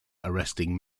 arresting